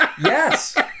Yes